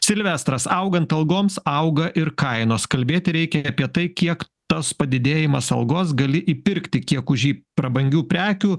silvestras augant algoms auga ir kainos kalbėti reikia apie tai kiek tas padidėjimas algos gali įpirkti kiek už jį prabangių prekių